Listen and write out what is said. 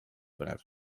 põnev